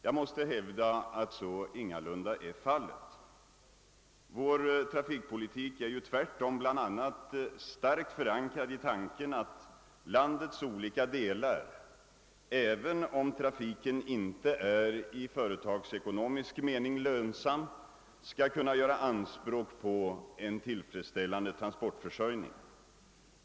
Jag måste hävda att så ingalunda är fallet. Vår trafikpolitik är tvärtom bl.a. starkt förankrad i tanken att landets olika delar, även om trafiken inte är i företagsekonomisk mening lönsam, skall kunna göra anspråk på en tillfredsställande transportförsörjning.